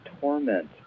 torment